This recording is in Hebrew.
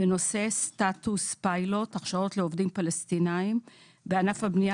בנושא סטטוס פיילוט הכשרות לעובדים פלסטינים בענף הבנייה